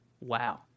Wow